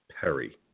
Perry